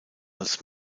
als